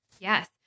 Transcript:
Yes